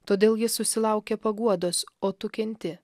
todėl jis susilaukė paguodos o tu kenti